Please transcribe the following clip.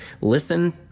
listen